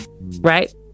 Right